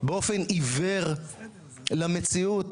באופן עיוור למציאות?